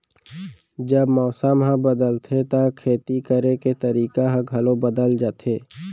जब मौसम ह बदलथे त खेती करे के तरीका ह घलो बदल जथे?